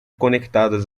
conectadas